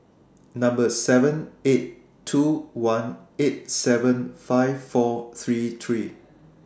seven eight two one eight seven five four three three